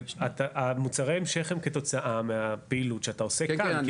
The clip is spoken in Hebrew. מוצרי המשך הם כתוצאה מהפעילות שאתה עושה כאן.